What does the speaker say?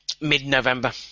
mid-November